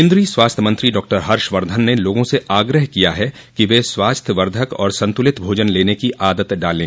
केंद्रीय स्वास्थ्य मंत्री डॉ हर्षवर्धन न लोगों से आग्रह किया है कि वे स्वास्थ्य वर्धक और संतुलित भोजन लने की आदत डालें